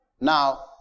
now